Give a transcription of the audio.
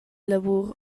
lavur